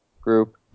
group